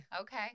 Okay